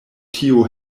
tiu